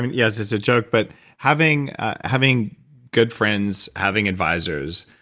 yes, it's a joke, but having having good friends, having advisors,